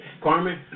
Carmen